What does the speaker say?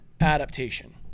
adaptation